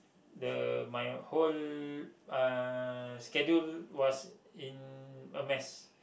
the my whole uh schedule was in a mess